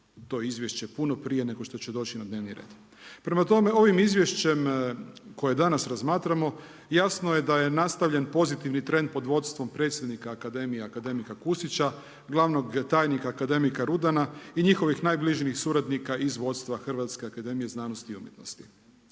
to izvješće puno prije nego što će doći na dnevni red. Prema tome ovim izvješćem koje danas razmatramo jasno je da je nastavljen pozitivni trend pod vodstvom predsjednika Akademije akademika Kusića, glavnog tajnika akademika Rudana i njihovih najbližih suradnika iz vodstva Hrvatske akademije znanosti i umjetnosti.